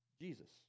Jesus